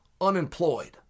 unemployed